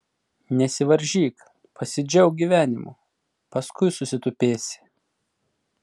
nesivaržyk pasidžiauk gyvenimu paskui susitupėsi